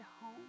home